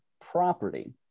property